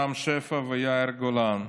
רם שפע ויאיר גולן.